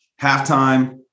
halftime